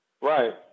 Right